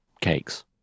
cakes